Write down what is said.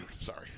Sorry